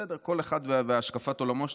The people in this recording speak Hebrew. בסדר, כל אחד והשקפת עולמו.